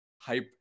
hype